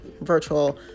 virtual